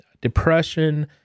depression